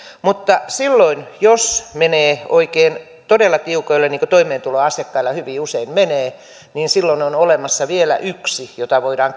mutta silloin jos menee oikein todella tiukoille niin kuin toimeentuloasiakkailla hyvin usein menee niin silloin on olemassa vielä yksi jota voidaan